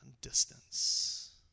distance